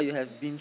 s~